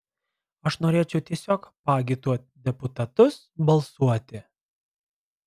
aš norėčiau tiesiog paagituot deputatus balsuoti